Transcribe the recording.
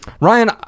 Ryan